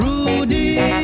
Rudy